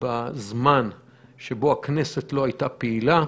בזמן שבו הכנסת לא הייתה פעילה,